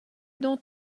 donc